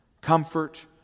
comfort